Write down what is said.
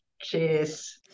cheers